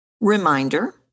reminder